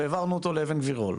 העברנו אותו לאבן גבירול,